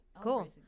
Cool